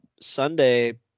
Sunday